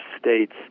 states